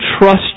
trust